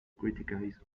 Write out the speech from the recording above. criticize